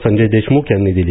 संजय देशमुख यांनी दिली